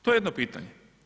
To je jedno pitanje.